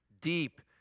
deep